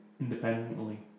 independently